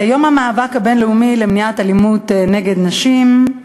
יום המאבק הבין-לאומי למניעת אלימות נגד נשים,